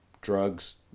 drugs